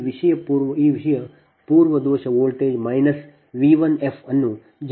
ಈ ವಿಷಯ ಪೂರ್ವ ದೋಷ ವೋಲ್ಟೇಜ್ ಮೈನಸ್ V 1f ಅನ್ನು jಜೆ 0